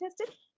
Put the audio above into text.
tested